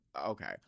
okay